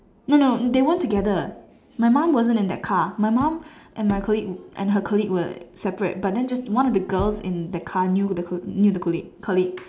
no no they weren't together my mom wasn't in that car my mom and my colleague and her colleague were separate but then just one of the girls in the car knew the knew the colleague colleague